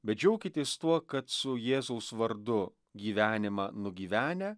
bet džiaukitės tuo kad su jėzaus vardu gyvenimą nugyvenę